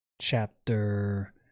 chapter